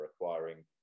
requiring